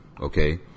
Okay